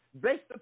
based